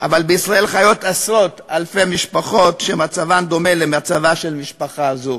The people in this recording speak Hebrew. אבל בישראל חיות עשרות-אלפי משפחות שמצבן דומה למצבה של משפחה זו.